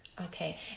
Okay